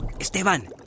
Esteban